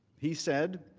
he said